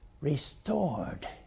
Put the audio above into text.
restored